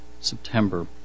September